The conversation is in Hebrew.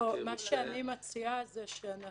אני מציעה שעל